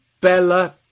Bella